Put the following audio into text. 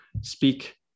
speak